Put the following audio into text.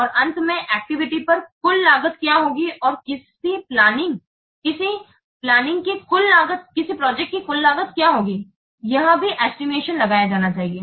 और अंत में एक्टिविटी पर कुल लागत क्या होगी और किसी प्लानिंग की कुल लागत क्या होगी यह भी एस्टिमेशन लगाया जाना चाहिए